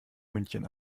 münchen